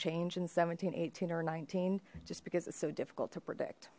change in seventeen eighteen or nineteen just because it's so difficult to predict